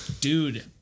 Dude